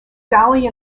sally